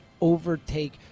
overtake